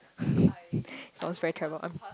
so I was very terrible um